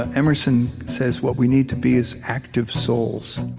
ah emerson says, what we need to be is active souls.